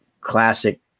classic